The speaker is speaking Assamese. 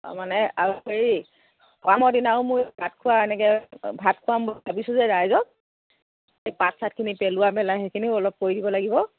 অঁ মানে আৰু হেৰি সকামৰ দিনাও মই ভাত খোৱা এনেকে ভাত খোৱাম বুলি ভাবিছোঁ যে ৰাইজক এই পাত চাতখিনি পেলোৱা মেলা সেইখিনিও অলপ কৰি দিব লাগিব